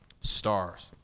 Stars